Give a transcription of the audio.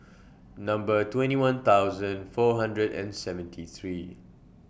Number twenty one thousand four hundred and seventy three